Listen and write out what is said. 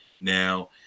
Now